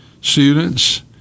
students